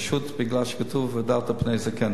פשוט, מפני שכתוב: והדרת פני זקן.